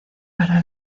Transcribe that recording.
para